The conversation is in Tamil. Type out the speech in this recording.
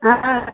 அஆ